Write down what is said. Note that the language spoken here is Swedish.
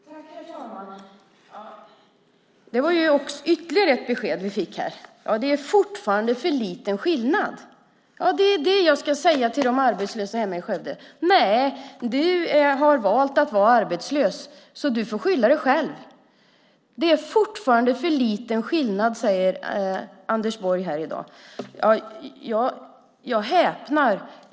Herr talman! Det var ytterligare ett besked vi fick här. Det är fortfarande för liten skillnad. Det är det jag ska säga till de arbetslösa hemma i Skövde: Nej, du har valt att vara arbetslös, så du får skylla dig själv. Det är fortfarande för liten skillnad, säger Anders Borg i dag. Jag häpnar.